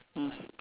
mm